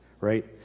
right